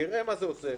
נראה מה זה עושה.